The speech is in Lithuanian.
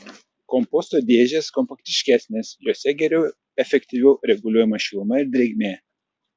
komposto dėžės kompaktiškesnės jose geriau efektyviau reguliuojama šiluma ir drėgmė